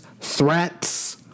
threats